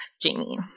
Jamie